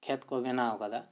ᱠᱷᱮᱛ ᱠᱚ ᱵᱮᱱᱟᱣ ᱟᱠᱟᱫᱟ